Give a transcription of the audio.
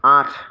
আঠ